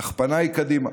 אך פניי קדימה,